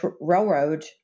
railroad